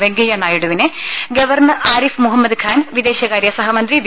വെങ്കയ്യ നായിഡുവിനെ ഗവർണർ ആരിഫ് മുഹമ്മദ് ഖാൻ വിദേശ കാര്യസഹമന്ത്രി വി